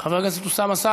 חבר הכנסת אראל מרגלית,